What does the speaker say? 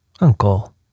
Uncle